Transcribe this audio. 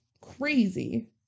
Crazy